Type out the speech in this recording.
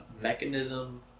mechanism